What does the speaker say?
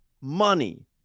money